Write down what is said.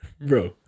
Bro